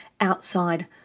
outside